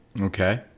okay